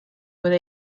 with